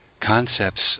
Concepts